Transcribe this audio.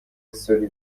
استوری